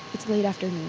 it's late afternoon.